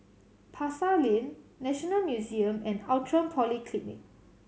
Pasar Lane National Museum and Outram Polyclinic